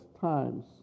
times